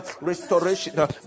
restoration